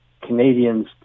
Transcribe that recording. Canadians